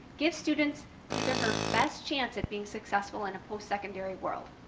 give students his or her best chance at being successful in a post-secondary world.